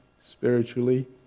spiritually